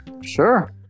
Sure